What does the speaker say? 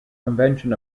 convention